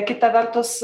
kita vertus